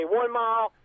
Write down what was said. one-mile